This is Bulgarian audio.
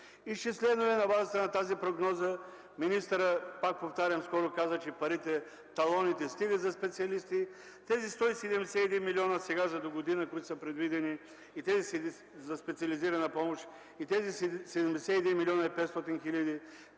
Изчислено е на базата на тази прогноза – министърът, пак повтарям, скоро каза, че талоните стигат за специалисти. Тези 171 милиона за догодина, които са предвидени за специализирана помощ, и тези 71 милиона и 500 хиляди,